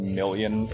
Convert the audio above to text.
million